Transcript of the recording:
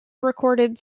recorded